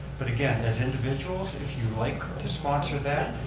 but again, as individuals if you like to sponsor that,